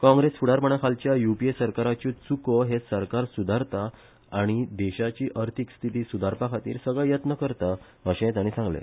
काँग्रेस फुडारपणाखालच्या यूपिए सरकाराच्यो चुको हें सरकार सुधारता आनी देशाची अर्थिक स्थीती सुधारपाखातीर सगळे यत्न करता अशेंय ताणी सांगले